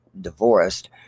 divorced